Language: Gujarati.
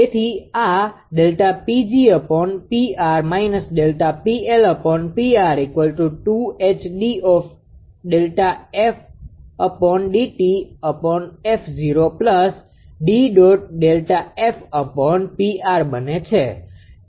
તેથી આ બને છે